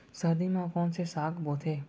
सर्दी मा कोन से साग बोथे?